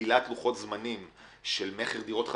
למקבילת לוחות זמנים של מכר דירות חדשות,